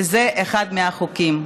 וזה אחד החוקים.